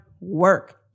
work